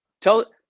tell